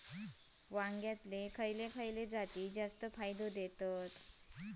वांग्यातले खयले जाती जास्त फायदो देतत?